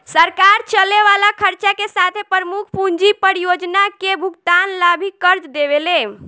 सरकार चले वाला खर्चा के साथे प्रमुख पूंजी परियोजना के भुगतान ला भी कर्ज देवेले